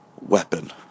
weapon